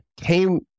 came